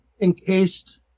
encased